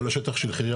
כל השטח של חירייה,